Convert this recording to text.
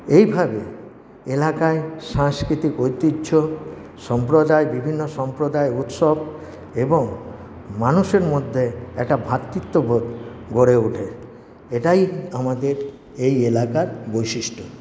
এইভাবে এলাকায় সাংস্কৃতিক ঐতিহ্য সম্প্রদায় বিভিন্ন সম্প্রদায় উৎসব এবংমানুষের মধ্যে একটা ভ্রাতৃত্ববোধ গড়ে ওঠে এটাই আমাদের এই এলাকার বৈশিষ্ট্য